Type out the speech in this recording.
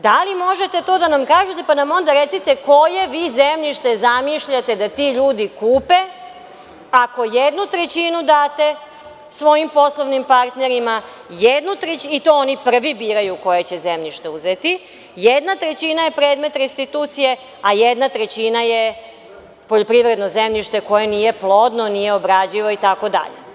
Da li možete to da nam kažete, pa nam onda recite koje vi zemljište zamišljate da ti ljudi kupe, ako jednu trećinu date svojim poslovnim partnerima, i to oni prvi biraju koje će zemljište uzeti, jedna trećina je predmet restitucije, a jedna trećina je poljoprivredno zemljište koje nije plodno, nije obradivo itd?